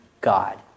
God